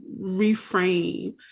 reframe